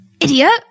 idiot